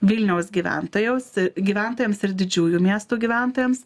vilniaus gyventojaus gyventojams ir didžiųjų miestų gyventojams